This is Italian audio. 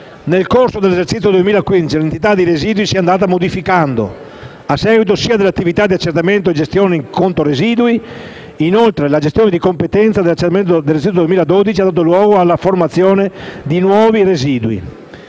Nel corso dell'esercizio 2015, l'entità dei residui si è andata modificando a seguito dell'attività di accertamento e gestione in conto residui; inoltre, la gestione di competenza dell'esercizio 2015 ha dato luogo alla formazione di nuovi residui.